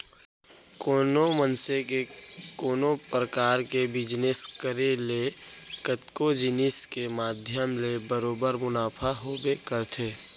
कोनो मनसे के कोनो परकार के बिजनेस करे ले कतको जिनिस के माध्यम ले बरोबर मुनाफा होबे करथे